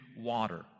water